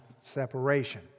separation